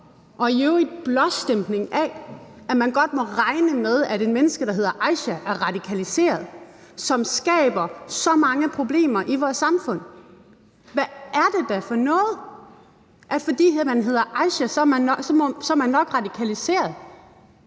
form for blåstempling af, at man godt må regne med, at et menneske, der hedder Aisha, er radikaliseret, som skaber så mange problemer i vores samfund. Hvad er det da for noget at sige, at fordi man hedder Aisha, er man nok radikaliseret.